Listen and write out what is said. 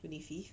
twenty fifth